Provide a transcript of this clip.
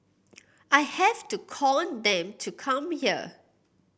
I have to con them to come here